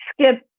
skip